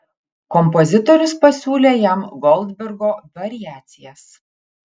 kompozitorius pasiūlė jam goldbergo variacijas